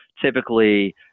typically